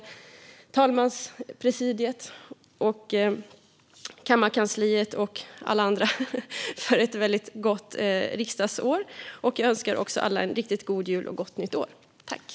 Jag vill även tacka talmanspresidiet, kammarkansliet och alla andra för ett gott riksdagsår. Jag önskar alla en riktigt god jul och ett gott nytt år!